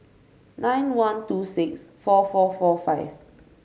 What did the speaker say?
nine one two six four four four five